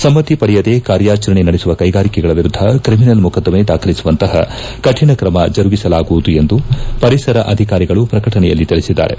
ಸಮ್ನತಿ ಪಡೆಯದೇ ಕಾರ್ಯಾಚರಣೆ ನಡೆಸುವ ಕೈಗಾರಿಕೆಗಳ ವಿರುದ್ದ ಕ್ರಿಮಿನಲ್ ಮೊಕದ್ದಮೆ ದಾಖಲಿಸುವಂತಹ ಕಾಣ ಕ್ರಮ ಜರುಗಿಸಲಾಗುವುದು ಎಂದು ಪರಿಸರ ಅಧಿಕಾರಿಗಳು ಪ್ರಕಟಣೆಯಲ್ಲಿ ತಿಳಿಸಿದ್ದಾರೆ